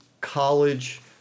college